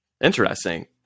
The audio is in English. Interesting